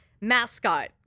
mascot